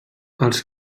els